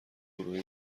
گروهی